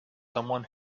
someone